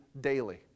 daily